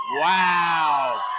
Wow